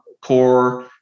core